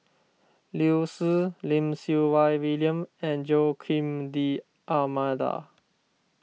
Liu Si Lim Siew Wai William and Joaquim D'Almeida